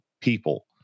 people